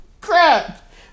Crap